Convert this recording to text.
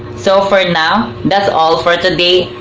so for now, that's all for today.